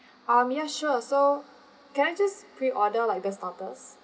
um yes sure so can I just pre-order like the starters